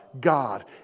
God